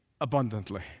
abundantly